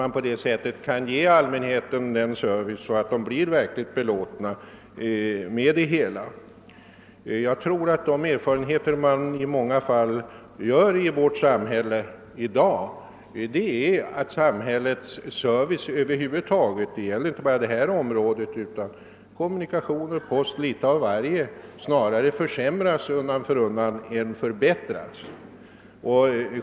Jag är inte övertygad om att man skall vara så tvärsäker på den saken i dag. Framtiden får utvisa vilken bedömning som är riktig. Huvudsaken är att allmänheten kan få en fullgod service. De erfarenheter som vi ofta gör är att samhällets service över huvud taget — inte bara när det gäller detta område utan även vad beträffar kommunikationer, post etc. — snarare försämras än förbättras.